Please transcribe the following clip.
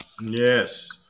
Yes